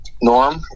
Norm